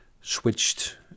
switched